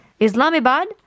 Islamabad